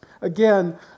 again